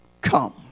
come